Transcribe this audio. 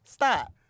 Stop